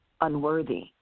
unworthy